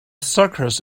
circus